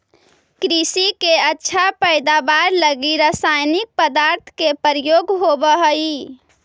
कृषि के अच्छा पैदावार लगी रसायनिक पदार्थ के प्रयोग होवऽ हई